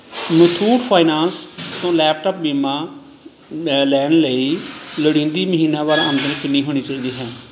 Muthoot finance ਤੋਂ laptop ਬੀਮਾ ਲੈ ਲੈਣ ਲਈ ਲੋੜੀਂਦੀ ਮਹੀਨਾਵਾਰ ਆਮਦਨ ਕਿੰਨੀ ਹੋਣੀ ਚਾਹੀਦੀ ਹੈ